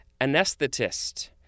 anesthetist